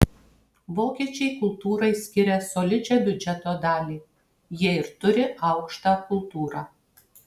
vokiečiai kultūrai skiria solidžią biudžeto dalį jie ir turi aukštą kultūrą